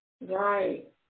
Right